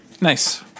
Nice